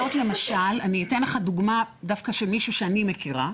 אני אתן לך דוגמה דווקא של מישהו שאני מכירה,